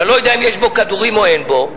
שאני לא יודע אם יש בו כדורים או אין בו,